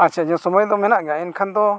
ᱟᱪᱪᱷᱟ ᱡᱮ ᱥᱩᱢᱟᱹᱭ ᱫᱚ ᱢᱮᱱᱟᱜ ᱜᱮᱭᱟ ᱮᱱᱠᱷᱟᱱ ᱫᱚ